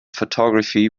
photography